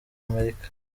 amerika